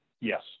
Yes